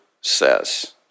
says